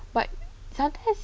but sometimes